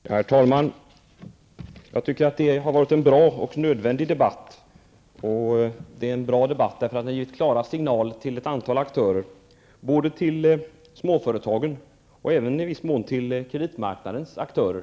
Herr talman! Jag tycker att det har varit en bra och nödvändig debatt. Den har givit klara signaler till ett antal aktörer, både till småföretagen och även i viss mån till kreditmarknadens aktörer.